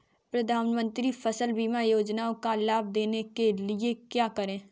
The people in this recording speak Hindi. प्रधानमंत्री फसल बीमा योजना का लाभ लेने के लिए क्या करें?